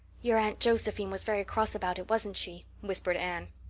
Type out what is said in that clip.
your aunt josephine was very cross about it, wasn't she? whispered anne.